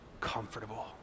comfortable